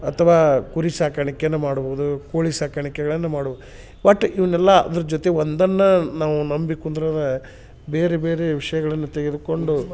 ಅಥವಾ ಕುರಿ ಸಾಕಾಣಿಕೆನು ಮಾಡ್ಬೋದು ಕೋಳಿ ಸಾಕಾಣಿಕೆಗಳನ್ ಮಾಡ್ಬೊ ಒಟ್ಟು ಇವ್ನೆಲ್ಲಾ ಅದ್ರ ಜೊತೆ ಒಂದನ್ನಾ ನಾವು ನಂಬಿ ಕುಂದ್ರರೆ ಬೇರೆ ಬೇರೆ ವಿಷಯಗಳನ್ನ ತೆಗೆದುಕೊಂಡು